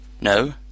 No